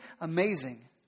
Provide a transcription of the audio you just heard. amazing